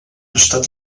estat